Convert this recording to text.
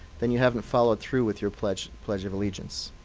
then you haven't followed through with your pledge pledge of allegiance.